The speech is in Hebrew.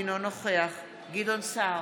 אינו נוכח גדעון סער,